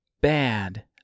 bad